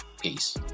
Peace